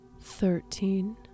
Thirteen